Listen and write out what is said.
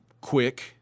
quick